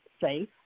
safe